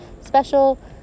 special